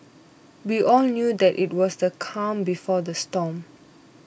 we all knew that it was the calm before the storm